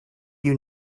you